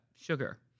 sugar